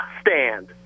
stand